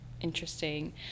interesting